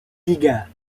tiga